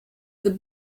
the